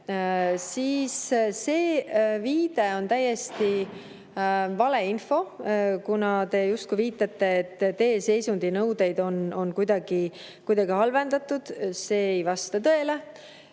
– see viide on täiesti valeinfo. Te justkui viitate, et tee seisundinõudeid on kuidagi halvendatud. See ei vasta tõele.